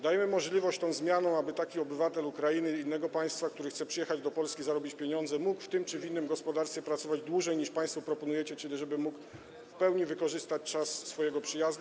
Dajemy możliwość dzięki tej zmianie, aby taki obywatel Ukrainy czy innego państwa, który chce przyjechać do Polski zarobić pieniądze, mógł w tym czy w innym gospodarstwie pracować dłużej, niż państwo proponujecie, czyli żeby mógł w pełni wykorzystać czas swojego przyjazdu.